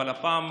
אבל הפעם,